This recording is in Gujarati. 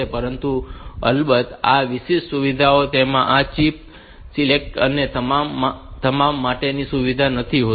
પરંતુ અલબત્ત આ વિશિષ્ટ સુવિધામાં તેમાં આ ચિપ સિલેક્ટ અને તે તમામ માટેની સુવિધા નથી હોતી